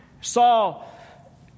Saul